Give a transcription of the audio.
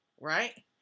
Right